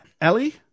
Ellie